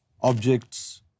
objects